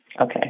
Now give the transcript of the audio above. Okay